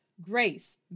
grace